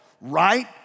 right